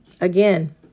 Again